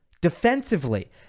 Defensively